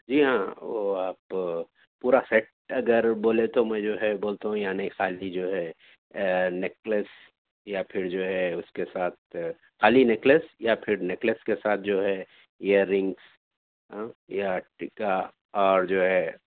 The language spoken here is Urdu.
جی ہاں وہ آپ پورا سیٹ اگر بولے تو میں جو ہے بولتا ہوں یعنی خالی جو ہے نیکلیس یا پھر جو ہے اُس کے ساتھ خالی نیکلیس یا پھر نیکلیس کے ساتھ جو ہے طعارظ ایئر طرینگسظ رنگس یا ٹیکہ اور جو ہے